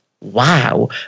wow